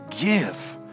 give